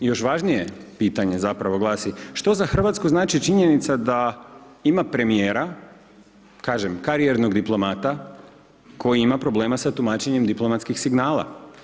I još važnije pitanje zapravo glasi, što za RH znači činjenica da ima premijera, kažem karijernog diplomata koji ima problema sa tumačenjem diplomatskih signala?